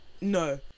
No